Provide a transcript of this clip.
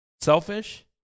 Selfish